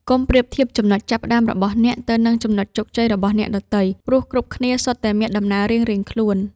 កុំប្រៀបធៀបចំណុចចាប់ផ្តើមរបស់អ្នក ទៅនឹងចំណុចជោគជ័យរបស់អ្នកដទៃ ព្រោះគ្រប់គ្នាសុទ្ធតែមានដំណើររៀងៗខ្លួន។